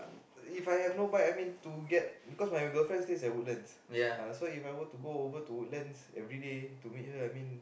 If I have no bike I mean to get because my girlfriend stay at Woodlands so If I want to go over to Woodlands everyday to meet her I mean